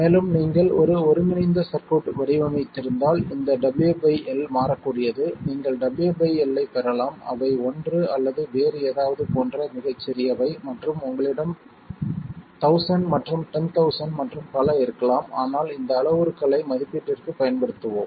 மேலும் நீங்கள் ஒரு ஒருங்கிணைந்த சர்க்யூட் வடிவமைத்திருந்தால் இந்த WL மாறக்கூடியது நீங்கள் W L ஐப் பெறலாம் அவை ஒன்று அல்லது வேறு ஏதாவது போன்ற மிகச் சிறியவை மற்றும் உங்களிடம் 1000 மற்றும் 10000 மற்றும் பல இருக்கலாம் ஆனால் இந்த அளவுருக்களை மதிப்பீட்டிற்குப் பயன்படுத்துவோம்